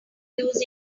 use